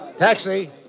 Taxi